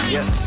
Yes